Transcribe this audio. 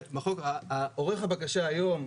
עורך הבקשה היום,